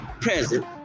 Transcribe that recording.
present